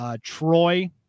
Troy